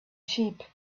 sheep